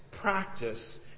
practice